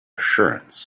assurance